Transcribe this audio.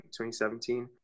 2017